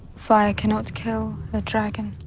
fire cannot kill the dragon.